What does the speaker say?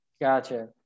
Gotcha